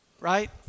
right